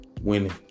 winning